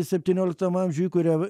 septynioliktam amžiui įkuria